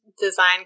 design